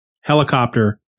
helicopter